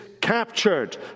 captured